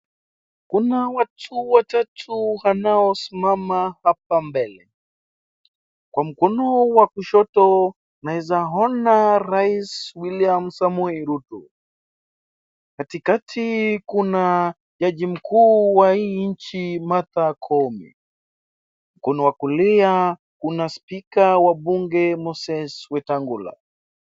Kuna watu watatu wanaosimama hapa mbele, kwa mkono wa kushto nawezaona Rais William Samoei Ruto, katikati kuna jaji mkuu wa hii nchi Martha Koome, mkono wa kulia kuna speaker wa mbunge Moses Wetangula.